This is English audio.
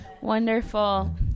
Wonderful